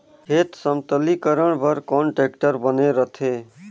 खेत समतलीकरण बर कौन टेक्टर बने रथे?